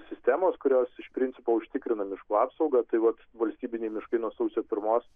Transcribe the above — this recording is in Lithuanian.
sistemos kurios iš principo užtikrina miškų apsaugą tai vat valstybiniai miškai nuo sausio pirmos